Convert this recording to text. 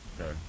Okay